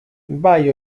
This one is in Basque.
bai